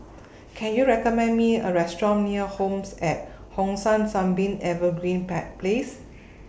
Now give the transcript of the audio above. Can YOU recommend Me A Restaurant near Home At Hong San Sunbeam Evergreen Place